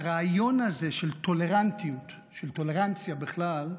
הרעיון הזה של טולרנטיות, של טולרנציה בכלל,